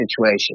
situation